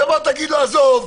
תגיד לו: עזוב,